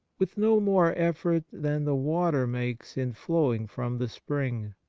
with no more effort than the water makes in flowing from the spring.